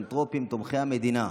פילנתרופים תומכי המדינה,